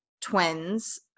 twins